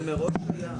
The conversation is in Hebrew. זה מראש היה.